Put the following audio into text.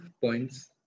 points